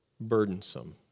burdensome